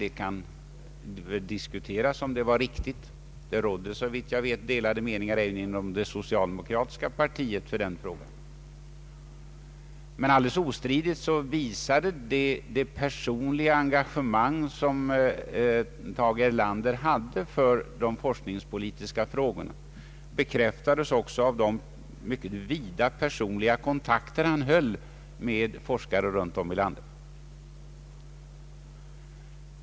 Det kan diskuteras om det var riktigt gjort. Såvitt jag vet rådde det delade meningar även inom det socialdemokratiska partiet på den punkten. Alldeles obestridligt visade det ändå det personliga engagemang som Tage Erlander hade för de forskningspolitiska frågorna. Det bekräftades också av de mycket vida personliga kontakter som han upprätthöll med forskare landet runt.